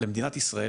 למדינת ישראל,